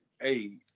hey